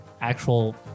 actual